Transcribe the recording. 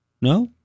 No